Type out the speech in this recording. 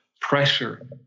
pressure